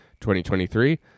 2023